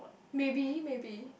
maybe maybe